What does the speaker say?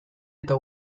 eta